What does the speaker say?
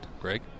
Greg